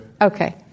okay